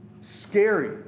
Scary